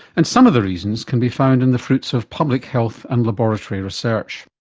and some of the reasons can be found in the fruits of public health and laboratory research.